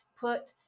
put